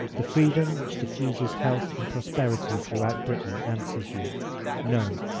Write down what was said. the freedom which diffuses health and prosperity throughout britain answers you no.